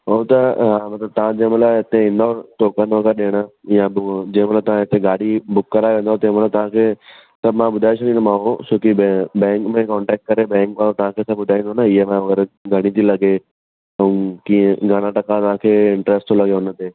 ऐं त मतिलबु तव्हां जंहिंमहिल हिते ईंदो टोकन वग़ैरह ॾियण जीअं उहो जंहिंमहिल तव्हां हिते गाॾी बुक कराए वेंदो तंहिंमहिल तव्हांखे त मां ॿुधाए छॾींदवमांव सुठी बैं बैंक में कॉन्टेक्ट करे बैंक ऐं तव्हांखे त ॿुधाईंदो न ई एम आइ वग़ैरह घणी थी लॻे ऐं कीअं घणा टका तव्हांखे इंट्रस्ट थो लॻे उन ते